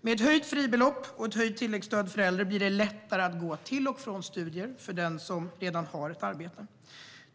Med ett höjt fribelopp och ett höjt tilläggsstöd för äldre blir det lättare att gå till och från studier för den som redan har ett arbete.